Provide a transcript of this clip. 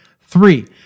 Three